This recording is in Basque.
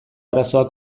arazoa